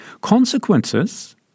Consequences